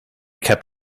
kept